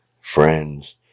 friends